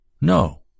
No